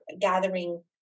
gathering